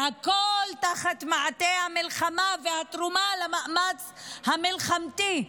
והכול תחת מעטה המלחמה והתרומה למאמץ המלחמתי.